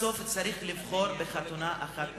בסוף צריך לבחור בחתונה אחת מהן,